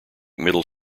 middle